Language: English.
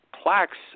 plaques